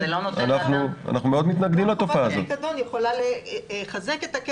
אנחנו מאוד מתנגדים לתופעה הזאת.